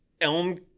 Elm